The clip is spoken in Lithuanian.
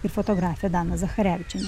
ir fotografė dana zacharevičienė